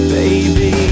baby